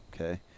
okay